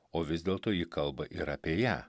o vis dėlto ji kalba ir apie ją